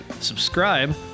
subscribe